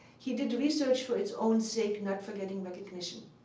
he did research for its own sake, not for getting recognition.